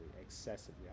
excessively